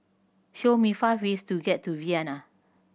show me five ways to get to Vienna